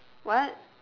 what